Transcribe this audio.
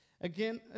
Again